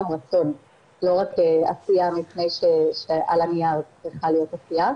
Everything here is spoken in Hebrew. הרצון לא רק עשייה על הנייר צריכה להיות עשייה,